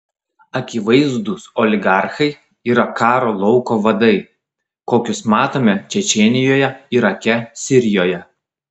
akivaizdūs oligarchai yra karo lauko vadai kokius matome čečėnijoje irake sirijoje